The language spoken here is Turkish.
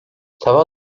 tava